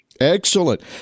Excellent